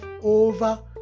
over